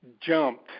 jumped